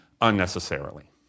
unnecessarily